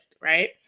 right